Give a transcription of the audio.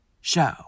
show